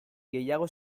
gehiago